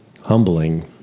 humbling